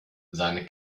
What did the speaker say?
seine